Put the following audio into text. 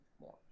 more